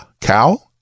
cow